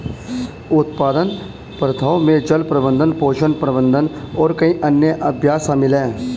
उत्पादन प्रथाओं में जल प्रबंधन, पोषण प्रबंधन और कई अन्य अभ्यास शामिल हैं